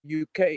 UK